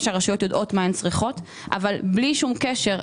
שהרשויות יודעות מה הן צריכות אבל בלי שום קשר,